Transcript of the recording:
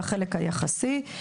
בחלק היחסי.